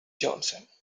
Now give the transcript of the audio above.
johnson